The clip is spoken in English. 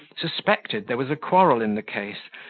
suspected there was a quarrel in the case,